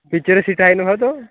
पिच्चरच hit आहे नव्हे तो